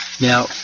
Now